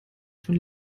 von